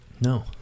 No